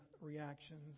reactions